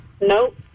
Nope